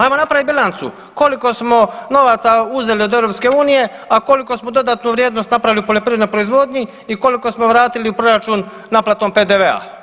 Ajmo napravit bilancu, koliko smo novaca uzeli od EU, a koliku smo dodanu vrijednost, a napravili u poljoprivrednoj proizvodnji i koliko smo vratili u proračun naplatom PDV-a.